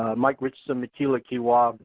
ah mike richardson mi kil ah ki wah.